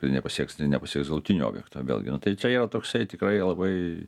ir nepasieks nepasieks galutinio objekto vėlgi nu tai čia yra toksai tikrai labai